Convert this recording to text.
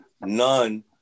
none